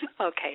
Okay